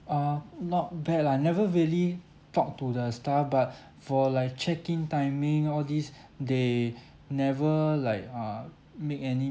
uh not bad lah never really talk to the staff but for like check in timing all this they never like uh make any